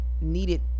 needed